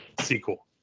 sequel